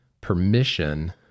permission